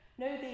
No